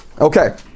Okay